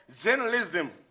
journalism